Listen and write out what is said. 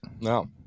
no